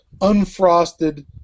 unfrosted